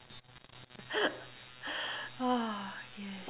!aww!